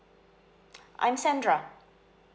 I'm sandra